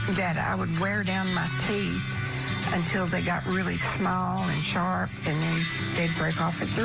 that i would wear down my teeth until they got really small and sharp, and then they would break off at the